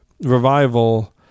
revival